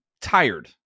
tired